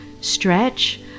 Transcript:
stretch